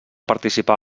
participar